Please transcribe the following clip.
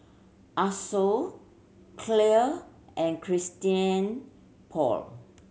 Asos Clear and Christian Paul